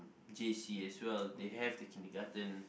J_C as well they have the kindergarten